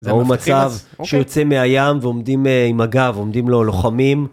זה מצב שיוצא מהים ועומדים עם הגב ועומדים לו לוחמים.